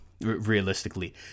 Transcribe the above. realistically